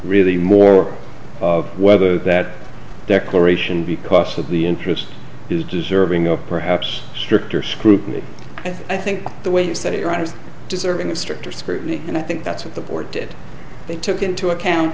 really more of whether that declaration because of the interest is deserving of perhaps stricter scrutiny and i think the way you set it right is deserving of stricter scrutiny and i think that's what the board did they took into account